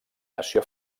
nació